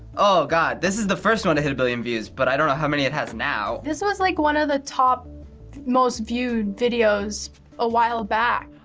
oh god, this is the first one to hit a billion views, but i don't know how many it has now. this was like one of the top most viewed videos a while back.